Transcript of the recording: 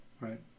Right